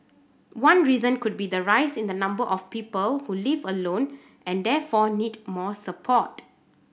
one reason could be the rise in the number of people who live alone and therefore need more support